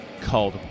called